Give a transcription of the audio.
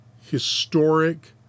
historic